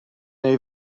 neu